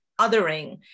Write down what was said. othering